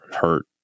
hurt